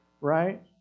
Right